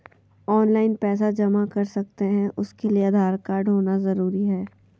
Online पैसा जमा कर सकते हैं उसके लिए आधार कार्ड होना जरूरी है?